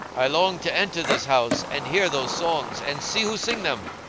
i long to enter this house and hear those songs and see who sing them.